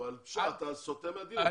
סוטה מהדיון.